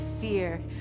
fear